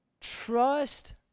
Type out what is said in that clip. trust